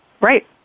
Right